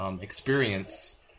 experience